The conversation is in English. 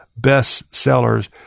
bestsellers